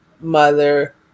mother